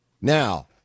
Now